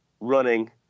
running